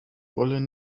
wollen